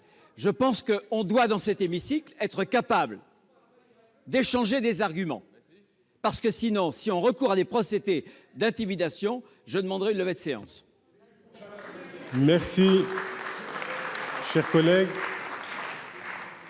! Nous devons, dans cet hémicycle, être capables d'échanger des arguments. S'il est fait recours à des procédés d'intimidation, je demanderai une levée de séance.